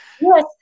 Yes